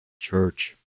Church